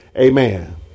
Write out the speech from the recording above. Amen